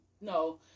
No